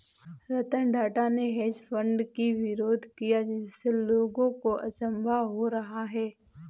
रतन टाटा ने hedge fund की विरोध किया जिससे लोगों को अचंभा हो रहा है